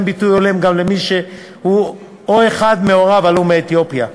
ביטוי הולם גם למי שהוא או אחד מהוריו עלו מאתיופיה.